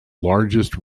largest